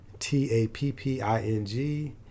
T-A-P-P-I-N-G